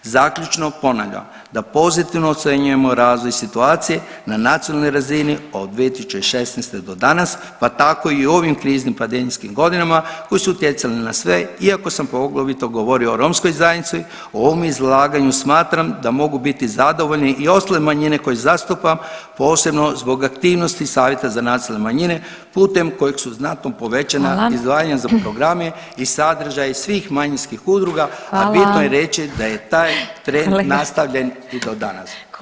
Zaključno ponavljam, da pozitivno ocjenjujemo razvoj situacije na nacionalnoj razini od 2016. do danas pa tako i u ovim kriznim pandemijskim godinama koje su utjecale na sve iako sam poglavito govorio o romskoj zajednici u ovom izlaganju smatram da mogu biti zadovoljne i ostale manjine koje zastupam posebno zbog aktivnosti savjeta za nacionalne manjine putem kojeg su znatno povećana [[Upadica: Hvala.]] izdvajanja za programe i sadržaj svih manjinskih udruga, a bitno je reći [[Upadica: Hvala.]] da je taj trend nastavljen i do danas.